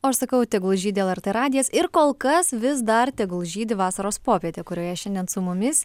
o aš sakau tegul žydi lrt radijas ir kol kas vis dar tegul žydi vasaros popietė kurioje šiandien su mumis